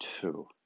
two